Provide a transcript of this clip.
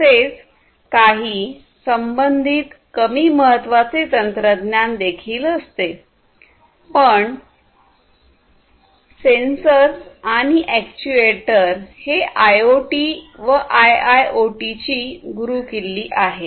तसेच काही संबंधित कमी महत्वाचे तंत्रज्ञान देखील असते पण आणि अॅक्ट्युएटर हे आयओटी व आयआयओटी ची गुरुकिल्ली आहे